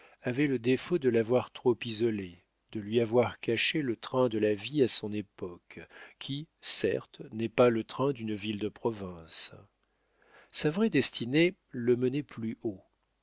avait le défaut de l'avoir trop isolé de lui avoir caché le train de la vie à son époque qui certes n'est pas le train d'une ville de province sa vraie destinée le menait plus haut